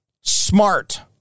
Smart